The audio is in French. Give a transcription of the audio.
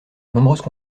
nombreuses